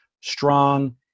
strong